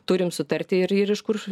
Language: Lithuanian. turim sutarti ir ir iš kur